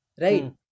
Right